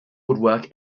woodwork